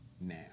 now